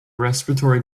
respiratory